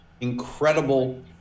incredible